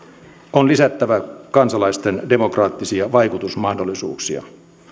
on lisättävä kansalaisten demokraattisia vaikutusmahdollisuuksia